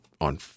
on